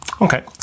okay